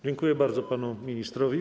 Dziękuję bardzo panu ministrowi.